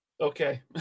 Okay